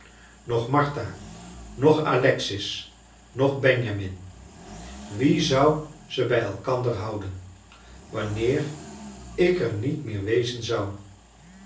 noch martha noch alexis noch benjamin wie zou ze bij elkander houden wanneer ik er niet meer wezen zou